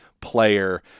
player